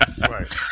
Right